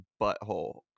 butthole